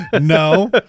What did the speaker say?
No